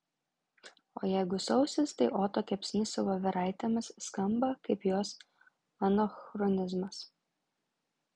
o jeigu sausis tai oto kepsnys su voveraitėmis skamba kaip jos anachronizmas